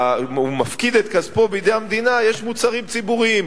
מפקיד את כספו בידי המדינה ויש מוצרים ציבוריים,